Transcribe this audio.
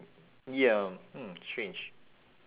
ya mm strange